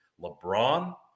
LeBron